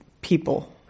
people